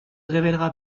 révèlera